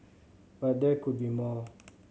but there could be more